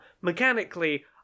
Mechanically